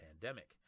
pandemic